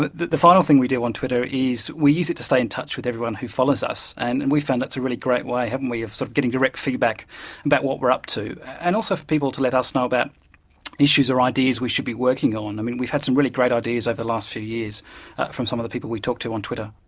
but the the final thing we do on twitter is we use it to stay in touch with everyone who follows us, and and we've found that's a really great way, haven't we, of sort getting direct feedback about what we're up to. and also for people to let us know about issues or ideas we should be working on. we've had some really great ideas over the last few years from some of the people we talk to on twitter.